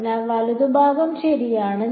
അതിനാൽ വലതുഭാഗം ശരിയാണ്